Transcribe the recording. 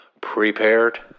prepared